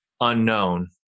unknown